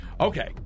Okay